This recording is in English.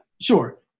sure